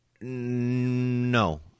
No